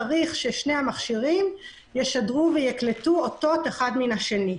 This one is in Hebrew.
צריך ששני המכשירים ישדרו ויקלטו אותות אחד מן השני.